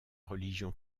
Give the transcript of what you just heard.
religion